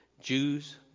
Jews